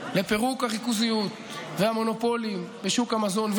לפירוק הריכוזיות והמונופולים בשוק המזון,